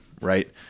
Right